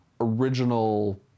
original